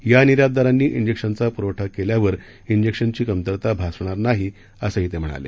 या निर्यातदारांनी इंजेक्शनचा प्रवठा केल्यानंतर इंजेक्शनची कमतरता भासणार नाही असंही ते म्हणाले